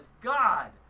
God